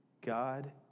God